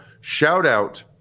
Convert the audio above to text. Shout-out